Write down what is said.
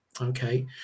Okay